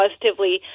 positively